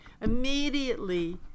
immediately